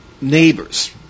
neighbors